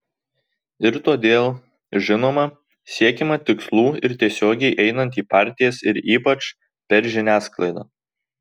ir todėl žinoma siekiama tikslų ir tiesiogiai einant į partijas ir ypač per žiniasklaidą